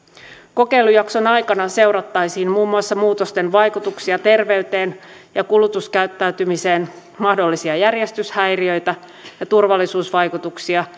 kokeilujakson aikana seurattaisiin muun muassa muutosten vaikutuksia terveyteen ja kulutuskäyttäytymiseen mahdollisia järjestyshäiriöitä ja turvallisuusvaikutuksia